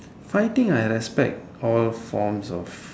fighting I respect all forms of